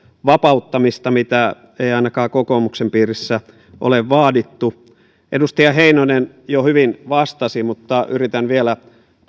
vapauttamista mitä ei ainakaan kokoomuksen piirissä ole vaadittu edustaja heinonen jo hyvin vastasi mutta yritän vielä